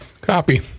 Copy